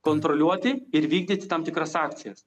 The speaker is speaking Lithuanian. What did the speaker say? kontroliuoti ir vykdyti tam tikras akcijas